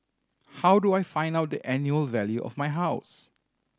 how do I find out the annual value of my house